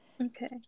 okay